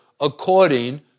according